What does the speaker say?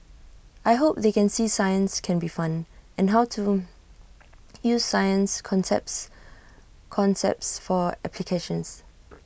I hope they can see science can be fun and how to use science concepts concepts for applications